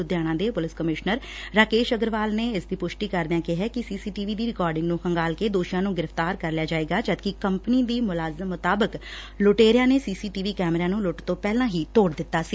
ਲੁਧਿਆਣਾ ਦੇ police commissioner Rakesh Agarwal ਨੇ ਇਸ ਦੀ ਪੁਸ਼ਟੀ ਕਰਦਿਆਂ ਕਿਹੈ ਕਿ ਸੀ ਸੀ ਟੀ ਵੀ ਦੀ ਰਿਕਾਡਿੰਗ ਨੂੰ ਖੰਗਾਲ ਕੇ ਦੋਸ਼ੀਆਂ ਨੂੰ ਗ੍ਰਿਫ਼ਤਾਰ ਕਰ ਲਿਆ ਜਾਏਗਾ ਜਦਕਿ ਕੰਪਨੀ ਦੀ ਮੁਲਾਜ਼ਮ ਮੁਤਾਬਿਕ ਲੁਟੇਰਿਆਂ ਨੇ ਸੀ ਸੀ ਟੀ ਵੀ ਕੈਮਰਿਆਂ ਨੁੰ ਲੁੱਟ ਤੋਂ ਪਹਿਲਾਂ ਤੋੜ ਦਿਤਾ ਸੀ